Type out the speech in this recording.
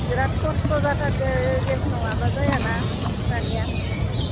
बिराद खस्थ' जाथारदो गेस नङाब्ला जायाना दानिया